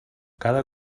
cada